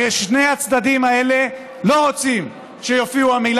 הרי שני הצדדים האלה לא רוצים שיופיעו המילים